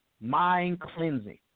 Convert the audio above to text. mind-cleansing